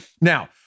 Now